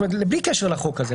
בלי קשר לחוק הזה.